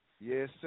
Yes